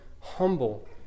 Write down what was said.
humble